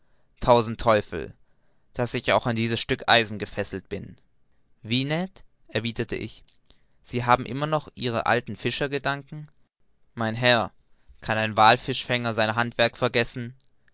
tausend teufel daß ich auch an dies stück eisen gefesselt bin wie ned erwiderte ich sie haben immer noch ihre alten fischergedanken mein herr kann ein wallfischfänger sein handwerk vergessen